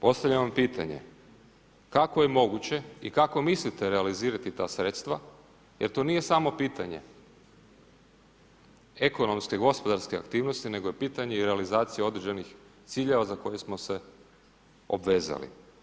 Postavljam Vam pitanje, kako je moguće i kako mislite realizirati ta sredstva jer to nije samo pitanje ekonomske, gospodarske aktivnosti nego je pitanje i realizacije određenih ciljeva za koje smo se obvezali.